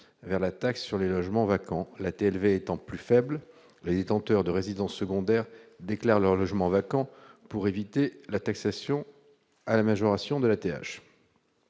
: la taxe sur les logements vacants étant plus faible, les détenteurs de résidences secondaires déclarent leurs logements vacants pour éviter la taxation à la majoration de la